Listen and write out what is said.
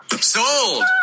Sold